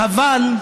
חבל.